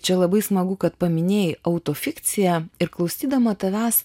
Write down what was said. čia labai smagu kad paminėjai auto fikciją ir klausydama tavęs